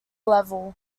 level